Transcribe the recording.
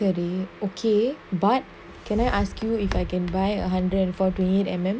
சரி:sari okay but can I ask you if I can buy a hundred and four twenty eight M_M